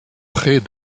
près